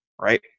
right